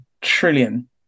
trillion